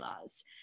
laws